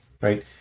right